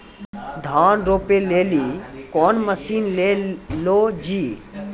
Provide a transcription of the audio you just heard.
धान रोपे लिली कौन मसीन ले लो जी?